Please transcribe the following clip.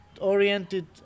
oriented